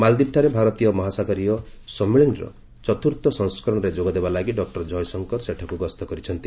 ମାଲଦୀପଠାରେ ଭାରତୀୟ ମହାସାଗରୀୟ ସମ୍ମିଳନୀର ଚତୁର୍ଥ ସଂସ୍କରଣରେ ଯୋଗଦେବା ଲାଗି ଡକ୍ଟର ଜୟଶଙ୍କର ସେଠାକୁ ଗସ୍ତ କରିଛନ୍ତି